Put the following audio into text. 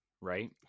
right